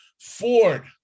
Ford